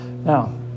Now